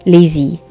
Lazy